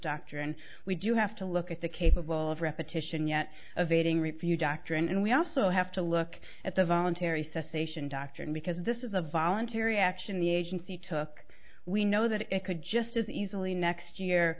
structure and we do have to look at the capable of repetition yet evading review doctrine and we also have to look at the voluntary cessation doctrine because this is a voluntary action the agency took we know that it could just as easily next year